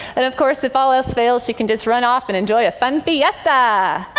and of course, if all else fails, she can just run off and enjoy a fun fiesta.